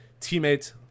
Teammate